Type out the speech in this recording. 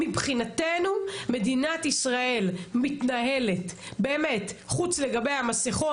מבחינתנו מדינת ישראל מתנהלת חוץ מהמסכות,